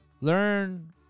Learn